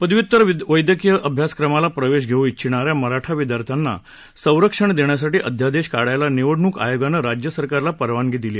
पदव्युत्तर वैद्यकीय अभ्यासक्रमाला प्रवेश घेऊ चिछणाऱ्या मराठा विद्यार्थ्यांना संरक्षण देण्यासाठी अध्यादेश काढायला निवडणुक आयोगान राज्य सरकारला परवानगी दिली